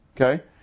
Okay